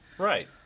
Right